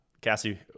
cassie